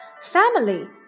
family